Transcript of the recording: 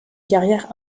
carrière